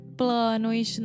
planos